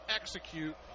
execute